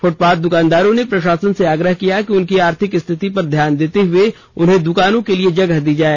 footpath दुकानदारों ने प्रशासन से आग्रह किया कि उनकी आर्थिक स्थिति पर ध्यान देते हुए उन्हें दुकानों के लिए जगह दी जाए